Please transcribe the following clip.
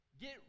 Get